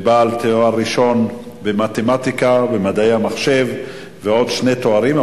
בעל תואר ראשון במתמטיקה ובמדעי המחשב ועוד שני תארים,